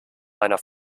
meiner